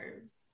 serves